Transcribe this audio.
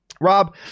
Rob